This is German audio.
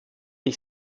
ich